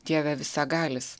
dieve visagalis